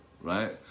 right